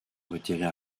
retirer